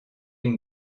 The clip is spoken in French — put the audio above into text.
une